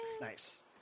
nice